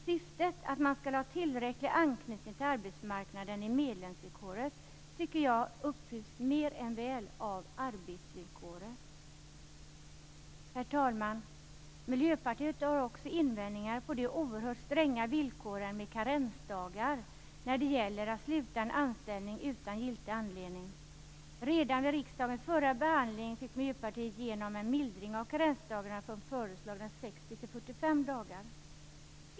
Syftet att man skall ha tillräcklig anknytning till arbetsmarknaden i medlemsvillkoret tycker jag uppfylls mer än väl av arbetsvillkoret. Herr talman! Miljöpartiet har också invändningar mot de oerhört stränga villkoren med karensdagar när det gäller att sluta en anställning utan giltig anledning. Redan i riksdagens förra behandling fick Miljöpartiet igenom en mildring av karensdagarna från föreslagna 60 dagar till 45 dagar.